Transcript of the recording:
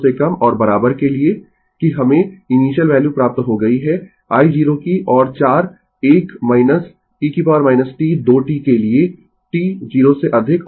तो 1 467 302 एम्पीयर इसके साथ हम उस फर्स्ट ऑर्डर DC सर्किट को बंद कर देंगें ज्यादा से ज्यादा 20 3 समस्याओं को हल किया गया है विभिन्न प्रकार की समस्याएँ इसके साथ मुझे विश्वास है DC हिस्से के सभी भागों को कवर किया गया है